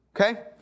Okay